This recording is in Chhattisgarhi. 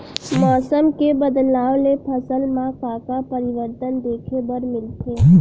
मौसम के बदलाव ले फसल मा का का परिवर्तन देखे बर मिलथे?